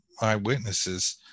eyewitnesses